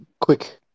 quick